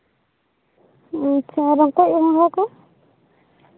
ᱟᱪᱪᱷᱟ ᱨᱚᱠᱚᱪ ᱜᱚᱸᱜᱷᱟ ᱠᱚ